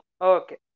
Okay